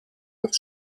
leurs